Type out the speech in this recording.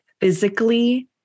Physically